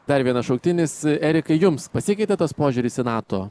dar vienas šauktinis erikai jums pasikeitė tas požiūris į nato